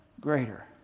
greater